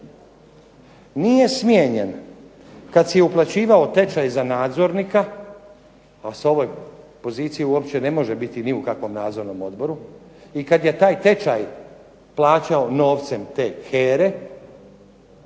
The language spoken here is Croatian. Nije smijenjen kada si je uplaćivao tečaj za nadzornika, a s ove pozicije ne može biti ni u kakvom nadzornom odboru. I kada je taj tečaj plaćao novcem te HERA-e,